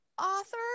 author